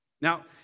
Now